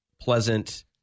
pleasant